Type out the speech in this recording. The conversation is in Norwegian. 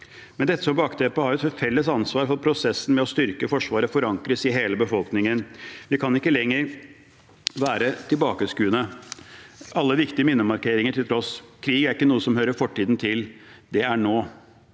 har vi et felles ansvar for at prosessen med å styrke Forsvaret forankres i hele befolkningen. Vi kan ikke lenger være tilbakeskuende – alle viktige minnemarkeringer til tross. Krig er ikke noe som hører fortiden til. Det er nå.